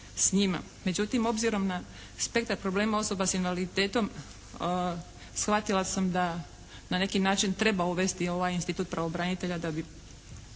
Međutim, obzirom na spektar problema osoba s invaliditetom shvatila sam da na neki način treba uvesti ovaj institut pravobranitelja da bi